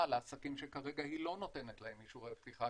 לעסקים שכרגע היא לא נותנת להם אישורי פתיחה,